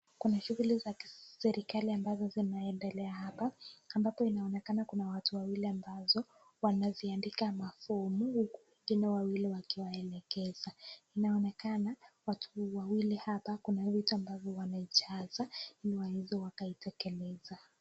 Kuna shughuli za kiserikali ambazo zinaendelea hapa, ambapo unaonekana kuna watu wawili ambazo wanaziandika mafomu huku wengine wawili wakiwaelekeza. Inaonekana watu wawili hapa kuna vitu ambazo wanazijaza, ili waweze wakaitekeleza.